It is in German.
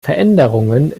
veränderungen